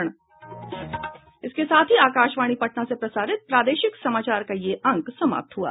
इसके साथ ही आकाशवाणी पटना से प्रसारित प्रादेशिक समाचार का ये अंक समाप्त हुआ